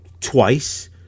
Twice